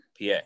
PA